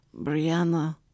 Brianna